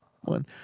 one